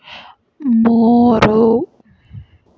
ಮೂರು